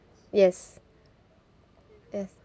yes yes